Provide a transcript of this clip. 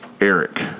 Eric